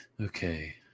Okay